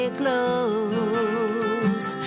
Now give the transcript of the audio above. close